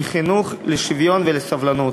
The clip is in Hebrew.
כחינוך לשוויון ולסובלנות.